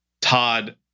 Todd